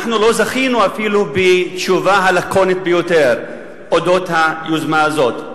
לא זכינו אפילו בתשובה הלקונית ביותר אודות היוזמה הזאת.